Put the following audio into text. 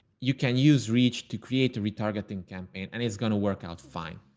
you can use reach to create retargeting campaign, and it's gonna work out fine.